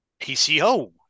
PCO